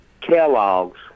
Kellogg's